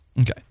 Okay